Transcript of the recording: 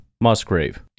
Musgrave